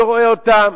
לא רואה אותן,